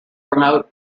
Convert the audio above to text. promote